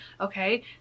okay